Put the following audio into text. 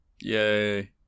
Yay